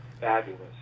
fabulous